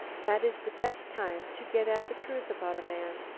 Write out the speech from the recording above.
that is the best time to get at the truth about a man.